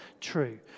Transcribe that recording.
true